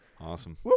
Awesome